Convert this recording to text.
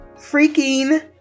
freaking